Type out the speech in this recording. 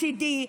מצידי,